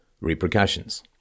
repercussions